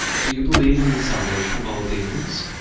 do you believe in the salvation of all beings?